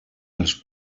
els